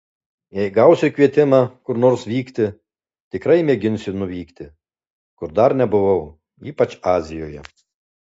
jei gausiu kvietimą kur nors vykti tikrai mėginsiu nuvykti kur dar nebuvau ypač azijoje